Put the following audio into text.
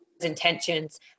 intentions